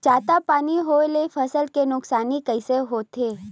जादा पानी होए ले फसल के नुकसानी कइसे होथे?